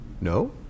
No